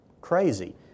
crazy